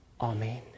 Amen